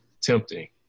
tempting